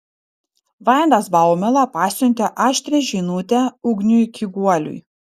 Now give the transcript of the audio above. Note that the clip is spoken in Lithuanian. vaidas baumila pasiuntė aštrią žinutę ugniui kiguoliui